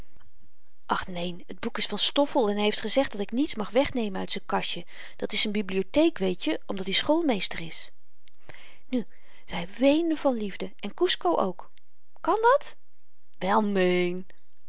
ach neen t boek is van stoffel en hy heeft gezegd dat ik niets mag wegnemen uit z'n kastje dat is zyn bibliotheek weetje omdat i schoolmeester is nu zy weende van liefde en kusco ook kàn dat wel